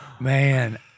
man